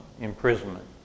imprisonment